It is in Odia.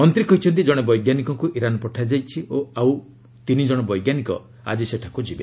ମନ୍ତ୍ରୀ କହିଛନ୍ତି ଜଣେ ବୈଜ୍ଞାନିକଙ୍କୁ ଇରାନ୍ ପଠାଯାଇଛି ଓ ଆଜି ଆଉ ତିନି ଜଣ ବୈଜ୍ଞାନିକ ସେଠାକୁ ଯିବେ